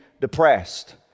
depressed